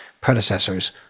predecessors